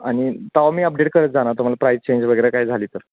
आणि तेव्हा मी अपडेट करत जाणार तुम्हाला प्राईस चेंज वगैरे काय झाली तर